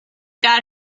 got